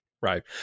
right